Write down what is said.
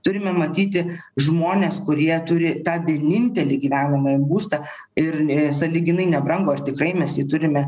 turime matyti žmones kurie turi tą vienintelį gyvenamąjį būstą ir sąlyginai nebrango tikrai mes jį turime